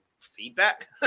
feedback